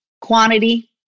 quantity